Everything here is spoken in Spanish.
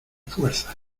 fuerzas